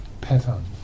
pattern